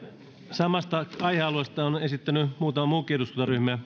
samasta aihealueesta on esittänyt muutama muukin eduskuntaryhmä